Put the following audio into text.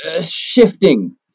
shifting